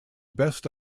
best